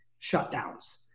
shutdowns